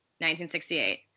1968